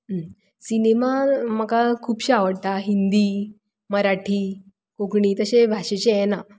cinema म्हाका खुबशे आवडटा हिंदी मराठी कोंकणी तशें भाशेंचे हें ना